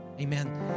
Amen